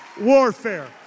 warfare